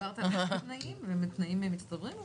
דיברת על תנאים, התנאים מצטברים?